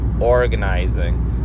organizing